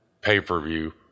pay-per-view